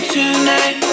tonight